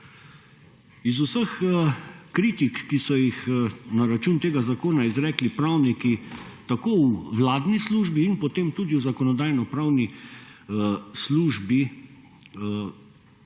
Iz vseh kritik, ki so jih na račun tega zakona izrekli pravniki, tako v vladni službi in potem tudi v Zakonodajno-pravni službi